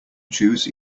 choose